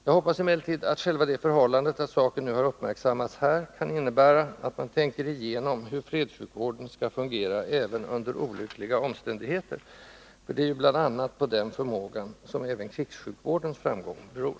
Jag hoppas emellertid att själva det förhållandet att saken nu har uppmärksammats här kan innebära att man tänker igenom hur fredssjukvården skall fungera även under ”olyckliga omständigheter”. Det är ju bl.a. på den förmågan som även krigssjukvårdens framgång beror.